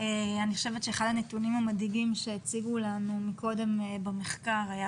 אני חושבת שאחד הנתונים המדאיגים שהציגו לנו קודם במחקר היה